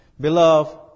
Beloved